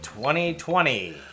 2020